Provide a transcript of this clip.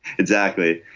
exactly.